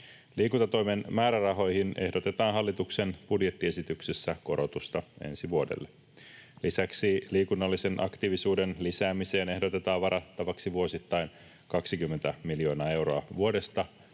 Liikuntatoimen määrärahoihin ehdotetaan hallituksen budjettiesityksessä korotusta ensi vuodelle. Lisäksi liikunnallisen aktiivisuuden lisäämiseen ehdotetaan varattavaksi vuosittain 20 miljoonaa euroa vuodesta